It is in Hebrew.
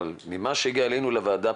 אבל מהפניות שהגיעו אלינו לוועדה,